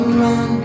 run